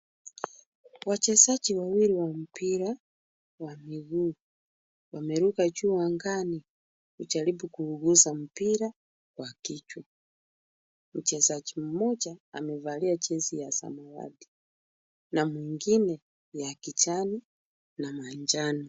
Wachezaji wawili wa mpira wa miguu wameruka juu angani kujaribu kuuguza mpira kwa kichwa. Mchezaji mmoja amevalia jezi ya samawati na mwingine ya kijani na manjano.